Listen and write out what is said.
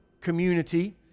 community